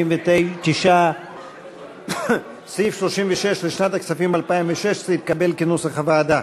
59. סעיף 36 לשנת הכספים 2016 התקבל כנוסח הוועדה.